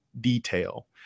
detail